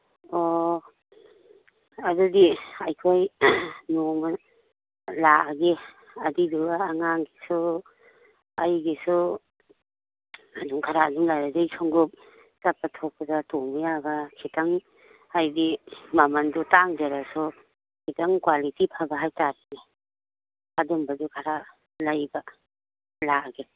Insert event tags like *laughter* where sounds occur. ꯑꯣ ꯑꯗꯨꯗꯤ ꯑꯩꯈꯣꯏ ꯅꯣꯡꯃ ꯂꯥꯛꯑꯒꯦ ꯑꯗꯨꯏꯗꯨꯒ ꯑꯉꯥꯡꯒꯤꯁꯨ ꯑꯩꯒꯤꯁꯨ ꯑꯗꯨꯝ ꯈꯔ ꯑꯗꯨꯝ *unintelligible* ꯈꯣꯡꯎꯞ ꯆꯠꯊꯣꯛꯄꯗ ꯇꯣꯡꯕ ꯌꯥꯕ ꯈꯤꯇꯪ ꯍꯥꯏꯗꯤ ꯃꯃꯟꯗꯨ ꯇꯥꯡꯖꯔꯁꯨ ꯈꯤꯇꯪ ꯀ꯭ꯋꯥꯂꯤꯇꯤ ꯐꯕ ꯍꯥꯏꯕ ꯇꯥꯔꯦꯅꯦ ꯑꯗꯨꯝꯕꯁꯨ ꯈꯔ ꯂꯩꯕ ꯂꯥꯛꯑꯒꯦ